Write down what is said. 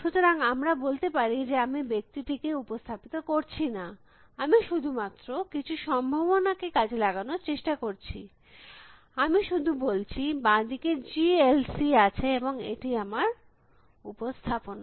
সুতরাং আমরা বলতে পারি যে আমি ব্যক্তি টিকে উপস্থাপিত করছি না আমি শুধুমাত্র কিছু সম্ভাবনাকে কাজে লাগানোর চেষ্টা করছি আমি শুধু বলছি বাঁ দিকে G L C আছে এবং এটি আমার উপস্থাপনা